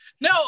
no